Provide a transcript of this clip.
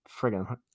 friggin